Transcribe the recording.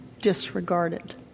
disregarded